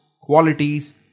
qualities